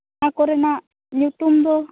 ᱠᱚᱨᱮᱱᱟᱜ ᱧᱩᱛᱩᱢ ᱫᱚ